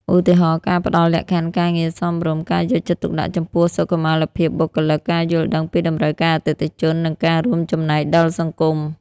ឧទាហរណ៍ ការផ្ដល់លក្ខខណ្ឌការងារសមរម្យ ការយកចិត្តទុកដាក់ចំពោះសុខុមាលភាពបុគ្គលិក ការយល់ដឹងពីតម្រូវការអតិថិជន និងការរួមចំណែកដល់សង្គម។